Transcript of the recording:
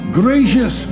gracious